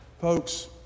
Folks